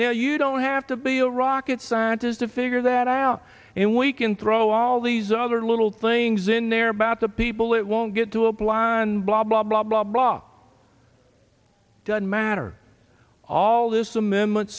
now you don't have to be a rocket scientist to figure that out and we can throw all these other little things in there about the people that won't get to apply and blah blah blah blah blah doesn't matter all this amendment